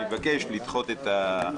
אני מבקש לדחות את הישיבה.